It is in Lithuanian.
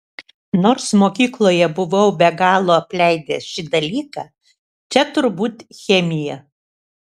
nors mokykloje buvau be galo apleidęs šį dalyką čia turbūt chemija